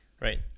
right